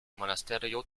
monasterio